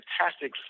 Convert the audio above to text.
fantastic